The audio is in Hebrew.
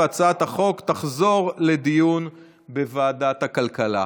והצעת החוק תחזור לדיון בוועדה הכלכלה.